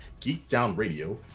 geekdownradio